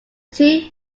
two